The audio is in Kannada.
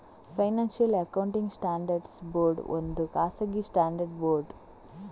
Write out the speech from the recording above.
ಫೈನಾನ್ಶಿಯಲ್ ಅಕೌಂಟಿಂಗ್ ಸ್ಟ್ಯಾಂಡರ್ಡ್ಸ್ ಬೋರ್ಡು ಒಂದು ಖಾಸಗಿ ಸ್ಟ್ಯಾಂಡರ್ಡ್ ಬೋರ್ಡು